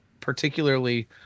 particularly